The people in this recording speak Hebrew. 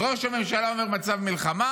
אז ראש הממשלה אומר, מצב מלחמה,